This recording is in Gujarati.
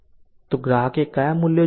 તો ગ્રાહકે ક્યા મૂલ્યો જોયા